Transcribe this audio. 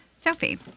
Sophie